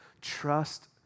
trust